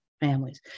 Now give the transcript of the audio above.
families